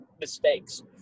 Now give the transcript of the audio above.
mistakes